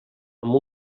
amb